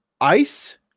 ice